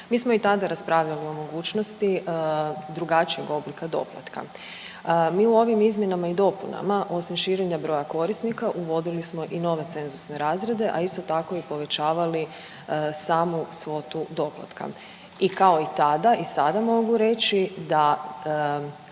Mi smo i tada raspravljali o mogućnosti drugačijeg oblika doplatka. Mi u ovim izmjenama i dopunama osim širenja broja korisnika uvodili smo i nove cenzusne razrede, a isto tako i povećavali samu svotu doplatka. I kao i tada i sada mogu reći da